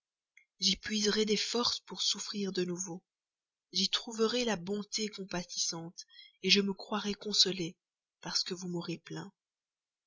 j'y puiserai des forces pour souffrir de nouveau j'y trouverai la bonté compatissante je me croirai consolé parce que vous m'aurez plaint